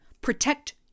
protect